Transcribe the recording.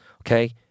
okay